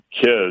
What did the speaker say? kids